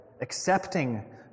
accepting